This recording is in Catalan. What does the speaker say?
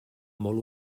molt